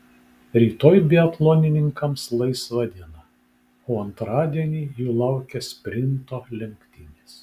rytoj biatlonininkams laisva diena o antradienį jų laukia sprinto lenktynės